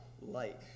light